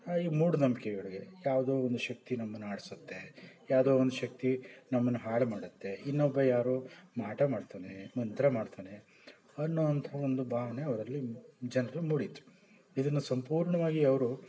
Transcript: ಈ ಮೂಢನಂಬಿಕೆಗಳ್ಗೆ ಯಾವುದೋ ಒಂದು ಶಕ್ತಿ ನಮ್ಮನ್ನ ಆಡಿಸುತ್ತೆ ಯಾವುದೋ ಒಂದು ಶಕ್ತಿ ನಮ್ಮನ್ನ ಹಾಳು ಮಾಡತ್ತೆ ಇನ್ನೊಬ್ಬ ಯಾರೋ ಮಾಟ ಮಾಡ್ತಾನೆ ಮಂತ್ರ ಮಾಡ್ತಾನೆ ಅನ್ನೋ ಅಂಥ ಒಂದು ಭಾವ್ನೆ ಅವರಲ್ಲಿ ಜನರು ಮೂಡಿತು ಇದನ್ನು ಸಂಪೂರ್ಣವಾಗಿ ಅವರು